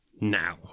Now